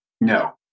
no